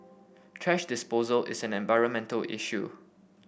thrash disposal is an environmental issue